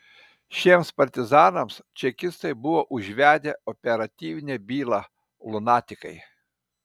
šiems partizanams čekistai buvo užvedę operatyvinę bylą lunatikai